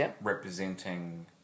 representing